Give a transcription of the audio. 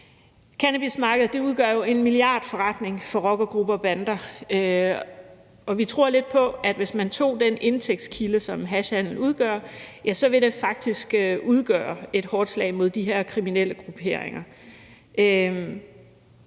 Cannabismarkedet udgør jo en milliardforretning for rockergrupper og bander, og vi tror lidt på, at hvis man tog den indtægtskilde, som hashhandelen udgør, så ville det faktisk udgøre et hårdt slag mod de her kriminelle grupperinger.